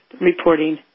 reporting